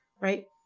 right